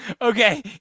Okay